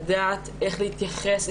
לדעת איך להתייחס,